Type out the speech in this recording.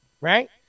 Right